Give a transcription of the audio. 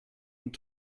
und